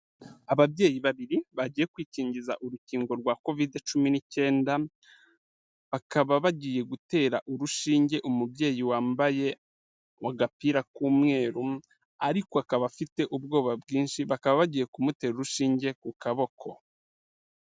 Ababyeyi babiri bagiye kwikingiza urukingo rwa covid cumi n'icyenda, bakaba bagiye gutera urushinge umubyeyi wambaye agapira k'umweru, ariko akaba afite ubwoba bwinshi, bakaba bagiye kumutera urushinge ku kaboko.